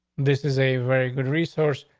this is a very good resource,